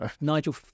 Nigel